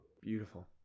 Beautiful